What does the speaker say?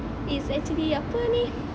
it's actually apa ni